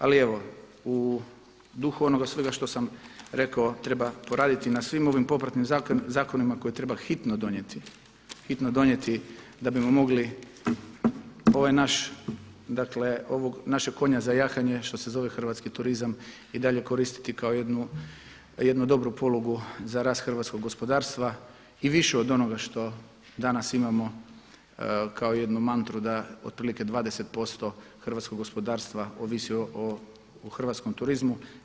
Ali evo, u dugu onoga svega što sam rekao treba poraditi na svim ovim popratnim zakonima koje treba hitno donijeti, hitno donijeti da bismo mogli ovaj naš, dakle ovog našeg konja za jahanje što se zove hrvatski turizam i dalje koristiti kao jednu dobru polugu za rast hrvatskog gospodarstva i više od onoga što danas imamo kao jednu mantru da otprilike 20% hrvatskog gospodarstva ovisi o hrvatskom turizmu.